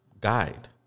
guide